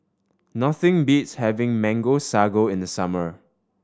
nothing beats having Mango Sago in the summer